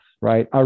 right